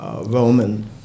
Roman